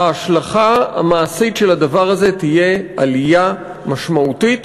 ההשלכה המעשית של הדבר הזה תהיה עלייה משמעותית